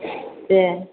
दे